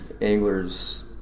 anglers